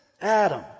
Adam